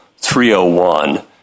301